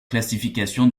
classification